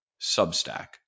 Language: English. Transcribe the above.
Substack